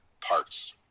parts